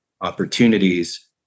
opportunities